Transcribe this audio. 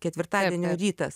ketvirtadienio rytas